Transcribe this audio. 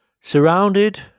Surrounded